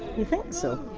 you think so?